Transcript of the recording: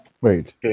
wait